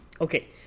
Okay